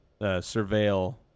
surveil